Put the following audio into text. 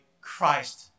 Christ